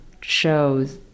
shows